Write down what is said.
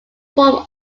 form